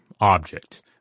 object